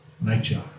nature